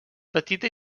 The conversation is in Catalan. petita